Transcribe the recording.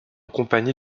compagnie